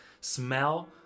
smell